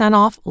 off